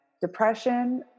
depression